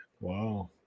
wow